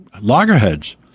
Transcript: loggerheads